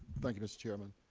thank you, mr. chairman.